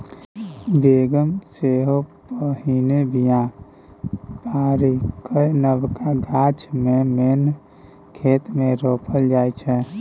बेगन सेहो पहिने बीया पारि कए नबका गाछ केँ मेन खेत मे रोपल जाइ छै